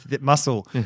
muscle